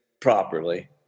properly